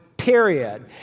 Period